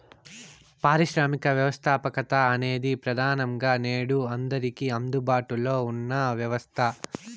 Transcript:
పారిశ్రామిక వ్యవస్థాపకత అనేది ప్రెదానంగా నేడు అందరికీ అందుబాటులో ఉన్న వ్యవస్థ